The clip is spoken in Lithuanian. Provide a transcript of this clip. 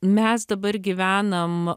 mes dabar gyvenam